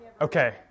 Okay